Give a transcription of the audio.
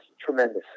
tremendous